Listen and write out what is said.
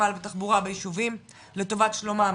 חשמל ותחבורה ביישובים לטובת שלומם